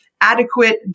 adequate